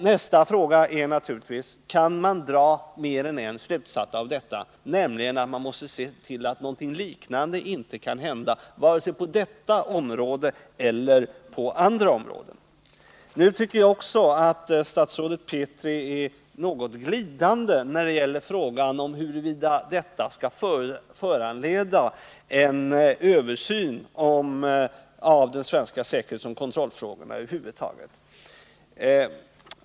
Nästa fråga är naturligtvis: Kan man dra mer än en slutsats av detta, nämligen att man måste se till att någonting liknande inte kan hända, varken på detta område eller på andra områden? Jag tycker också att statsrådet Petri är något glidande när det gäller frågan om huruvida detta skall föranleda en översyn av de svenska säkerhetsoch kontrollfrågorna över huvud taget.